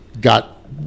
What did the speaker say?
got